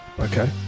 Okay